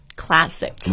classic